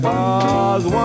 Cause